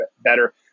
better